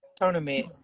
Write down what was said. tournament